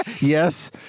Yes